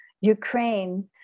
Ukraine